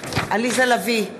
עליזה לביא,